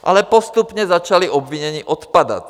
Ale postupně začala obvinění odpadat.